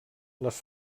les